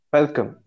Welcome